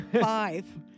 five